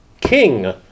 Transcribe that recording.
king